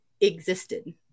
existed